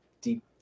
deep